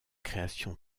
création